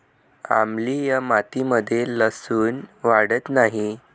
आम्लीय मातीमध्ये लसुन वाढत नाही